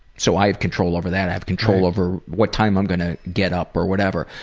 so i have control over that. i have control over what time i'm gonna get up or whatever.